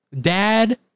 Dad